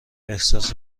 احساس